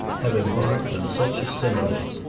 have embarked on such a simile.